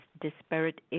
disparate